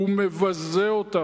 הוא מבזה אותם.